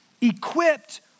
equipped